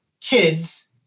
kids